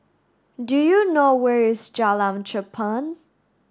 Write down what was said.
do you know where is Jalan Cherpen